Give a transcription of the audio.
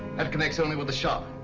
that connects only with the shop.